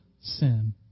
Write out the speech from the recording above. sin